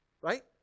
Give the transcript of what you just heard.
Right